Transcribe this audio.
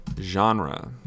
genre